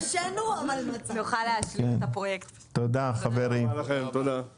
הישיבה ננעלה בשעה 14:35.